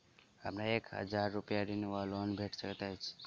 हमरा एक हजार रूपया ऋण वा लोन भेट सकैत अछि?